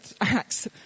acts